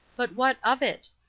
but what of it?